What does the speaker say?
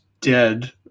dead